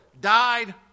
died